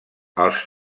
els